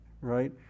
right